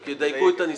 דייקו את הניסוח.